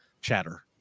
chatter